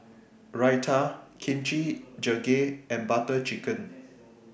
Raita Kimchi Jjigae and Butter Chicken